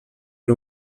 per